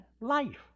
life